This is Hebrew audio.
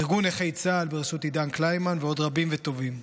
ארגון נכי צה"ל בראשות עידן קלימן ועוד רבים וטובים.